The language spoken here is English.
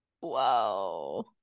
Whoa